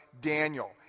Daniel